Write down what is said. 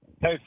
Hey